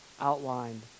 outlined